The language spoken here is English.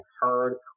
heard